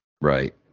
Right